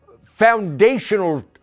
foundational